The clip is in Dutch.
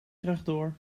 rechtdoor